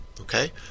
Okay